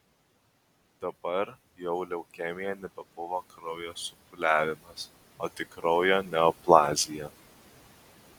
dabar jau leukemija nebebuvo kraujo supūliavimas o tik kraujo neoplazija